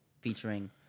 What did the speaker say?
featuring